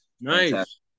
Nice